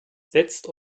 setzt